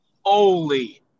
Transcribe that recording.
Holy